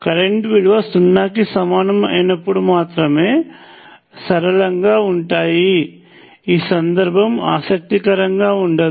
current విలువ సున్నా కి సమానం అయినప్పుడు మాత్రమే సరళంగా ఉంటాయి ఈ సందర్భం ఆసక్తికరంగా ఉండదు